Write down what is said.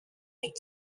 toute